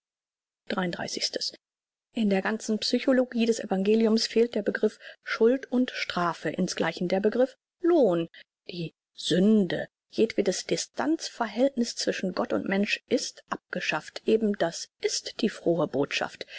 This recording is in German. in der ganzen psychologie des evangeliums fehlt der begriff schuld und strafe insgleichen der begriff lohn die sünde jedwedes distanz verhältniß zwischen gott und mensch ist abgeschafft eben das ist die frohe botschaft